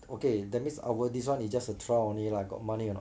okay that means our this [one] is just a trial only lah got money or not